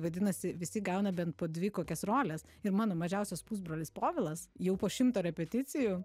vadinasi visi gauna bent po dvi kokias roles ir mano mažiausias pusbrolis povilas jau po šimto repeticijų